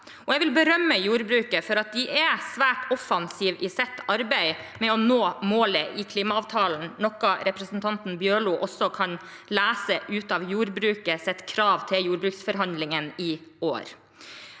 Jeg vil berømme jordbruket for at de er svært offensive i sitt arbeid med å nå målet i klimaavtalen, noe også representanten Bjørlo kan lese ut av jordbrukets krav til jordbruksforhandlingene i år.